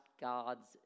God's